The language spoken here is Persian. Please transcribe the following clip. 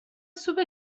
سوپ